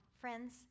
Friends